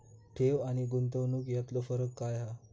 ठेव आनी गुंतवणूक यातलो फरक काय हा?